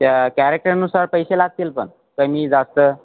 त्या कॅरेक्टरनुसार पैसे लागतील पण कमी जास्त